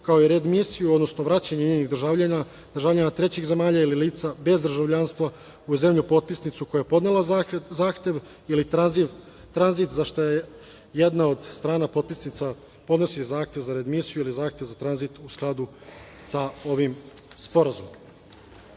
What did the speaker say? kao i readmisiju, odnosno vraćanje njenih državljana trećih zemalja ili lica bez državljanstva u zemlju potpisnicu koja je podnela zahtev i tranzit, za šta jedna od strana potpisnica podnosi zahtev za readmisiju ili zahtev za tranzit u skladu sa ovim